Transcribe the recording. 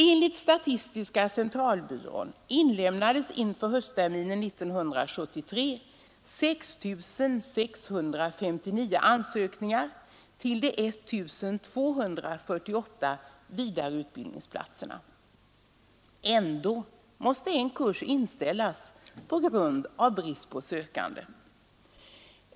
Enligt statistiska centralbyrån inlämnades inför höstterminen 1973 6 659 ansökningar till de 1248 vidareutbildningsplatserna. Ändå måste en kurs inställas på grund av brist på sökande.